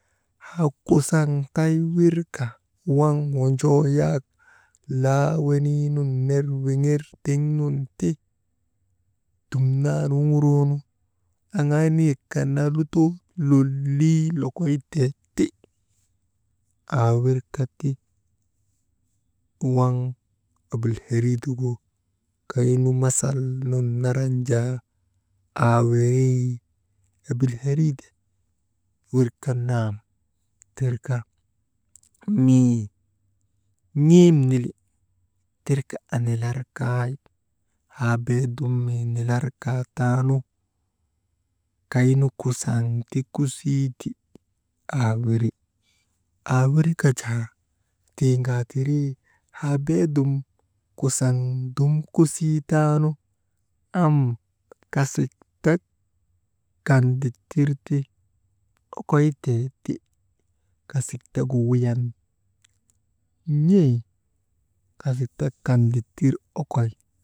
Haa kusaŋ taywirka waŋ wonjoo yak laa wenii tiŋ nun ner wiŋer tiŋ nun ti, dumnaanu wuŋuroonu, aŋaa niyek kan naa lutoo lolii lokoy teeti, aa wirka ti waŋ abilheriidegu kaynu masal nun naran jaa, aa wirii abilheriide, wirka nam tirka, mii n̰em nili, tirka anilar kay haa bee dum mii nilar kaa taa nu, kaynu kusaŋ ti kusii ti aawiri, aa wirka jaa tii ŋaatirii, haa beedum kusaŋ dum kusii taanu, am kasik tek kan dittirti, okoytee ti, kasik tegu wuyan n̰ee kasik tek kan dittir okoy.